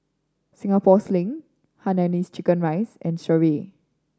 Singapore Sling Hainanese Chicken Rice and Sireh